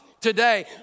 Today